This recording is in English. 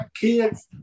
kids